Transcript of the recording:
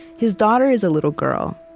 his daughter is a little girl.